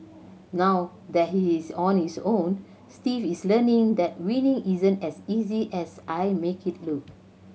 now that he is on his own Steve is learning that winning isn't as easy as I make it look